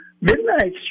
Midnight